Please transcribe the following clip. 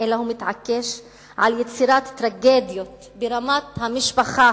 אלא הוא מתעקש על יצירת טרגדיות ברמת המשפחה,